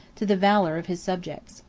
to the valor of his subjects.